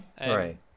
Right